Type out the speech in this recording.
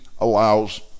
allows